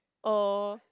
oh